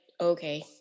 okay